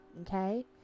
Okay